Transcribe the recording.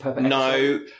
No